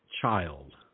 child